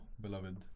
beloved